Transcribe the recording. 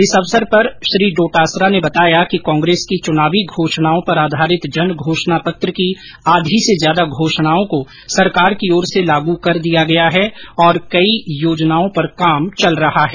इस अवसर पर प्रदेशाध्यक्ष डोटासरा ने बताया कि कांग्रेस की चुनावी घोषणाओं पर आधारित जन घोषणा पत्र की आधी से ज्यादा घोषणाओं को सरकार की ओर से लागू कर दिया गया है और कई योजनाओं पर काम चल रहा है